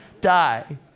die